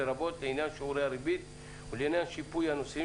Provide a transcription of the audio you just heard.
לרבות לעניין שיעורי הריבית ולעניין שיפוי הנוסעים